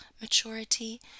maturity